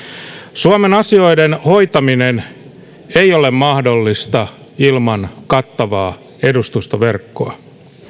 suomen asioiden hoitaminen ei ole mahdollista ilman kattavaa edustustoverkkoa